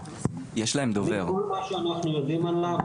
כל מה שאנחנו יודעים עליו,